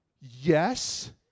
yes